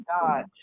God